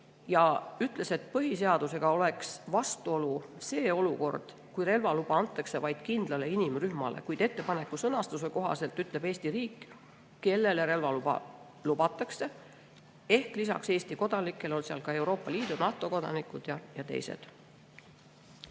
Ta ütles, et põhiseadusega oleks vastuolus selline olukord, kui relvaluba antaks vaid kindlale inimrühmale. Kuid ettepaneku sõnastuse kohaselt ütleb Eesti riik, kellele relvaluba antakse: lisaks Eesti kodanikele on seal ka Euroopa Liidu ja NATO kodanikud ja veel